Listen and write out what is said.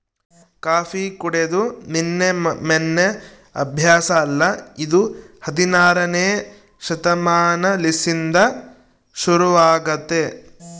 coffee ಕುಡೆದು ನಿನ್ನೆ ಮೆನ್ನೆ ಅಭ್ಯಾಸ ಅಲ್ಲ ಇದು ಹದಿನಾರನೇ ಶತಮಾನಲಿಸಿಂದ ಶುರುವಾಗೆತೆ